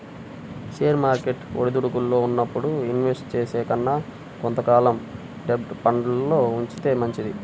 share market ఒడిదుడుకుల్లో ఉన్నప్పుడు invest చేసే కన్నా కొంత కాలం డెబ్ట్ ఫండ్లల్లో ఉంచితే మంచిది